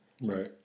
Right